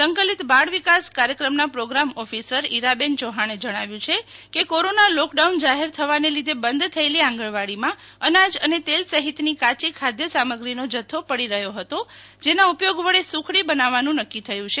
સંકલિત બાળ વિકાસ કાર્યક્રમના પ્રોગ્રામ ઓફિસર ઈરાબેન ચૌહાણે જણાવ્યું છે કે કોરોના લોકડાઉન જાહેર થવાને લીધે બંધ થયેલી આંગણવાડીમાં અનાજ અને તેલ સહિતની કાયી ખાદ્યસામગ્રીનો જથ્થો પડી રહ્યો હતો જેના ઉપયોગ વડે સુખડી બનાવવાનું નક્કી થયું છે